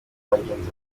bagenzi